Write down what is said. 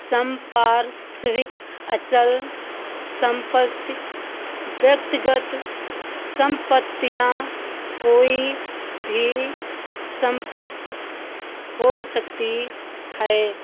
संपार्श्विक अचल संपत्ति व्यक्तिगत संपत्ति या कोई भी संपत्ति हो सकती है